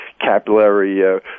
capillary